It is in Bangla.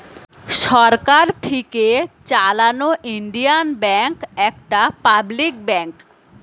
সরকার থিকে চালানো ইন্ডিয়ান ব্যাঙ্ক একটা পাবলিক ব্যাঙ্ক